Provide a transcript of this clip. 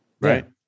Right